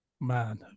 Man